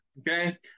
Okay